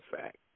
fact